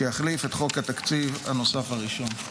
שיחליף את חוק התקציב הנוסף הראשון.